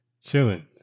Chilling